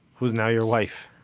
who's now your wife?